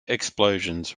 explosions